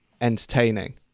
entertaining